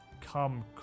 come